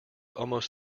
almost